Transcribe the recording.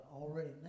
already